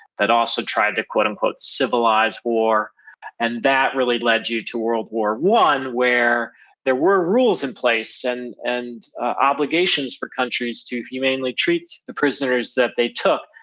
that also tried to quote unquote, civilize war and that really lead you to world war i where there were rules in place and and obligations for countries to humanely treat the prisoners that they took,